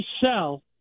sell